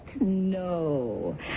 No